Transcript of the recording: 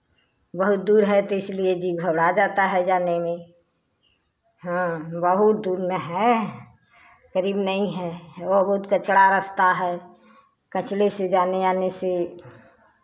बहुत दूर है तो इसलिए जी घबड़ा जाता है जाने में हाँ बहुत दूर ना है करीब नहीं है वहाँ बहुत कचड़ा रास्ता है कचड़े से जाने आने से